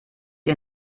ihr